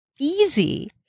easy